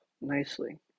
Nicely